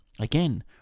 Again